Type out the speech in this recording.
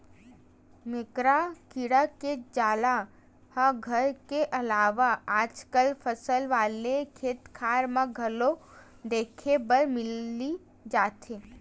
मेकरा कीरा के जाला ह घर के अलावा आजकल फसल वाले खेतखार म घलो देखे बर मिली जथे